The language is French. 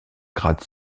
gratte